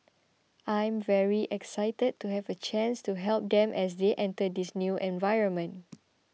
I'm very excited to have a chance to help them as they enter this new environment